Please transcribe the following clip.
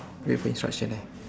wait for instructions eh